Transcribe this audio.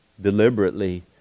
deliberately